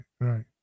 right